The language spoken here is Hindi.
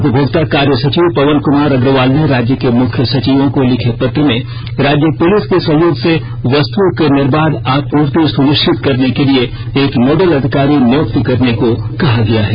उपभोक्ता कार्य सचिव पवन कुमार अग्रवाल ने राज्य के मुख्य सचिवों को लिखे पत्र में राज्य पुलिस के सहयोग से वस्तुओं की निर्बाध आपूर्ति सुनिश्चित करने के लिए एक नोडल अधिकारी नियुक्ति करने को कहा गया है